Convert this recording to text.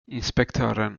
inspektören